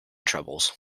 troubles